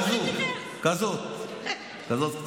כזאת, כזאת קטנה.